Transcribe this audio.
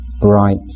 bright